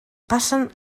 passen